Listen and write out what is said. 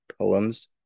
Poems